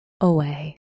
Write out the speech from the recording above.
away